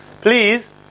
please